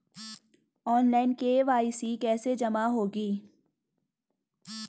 Online KYC कैसे जमा होगी?